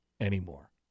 anymore